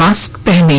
mask पहनें